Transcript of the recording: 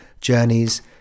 journeys